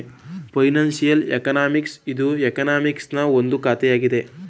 financial economics ಇದು ಎಕನಾಮಿಕ್ಸನಾ ಒಂದು ಶಾಖೆಯಾಗಿದೆ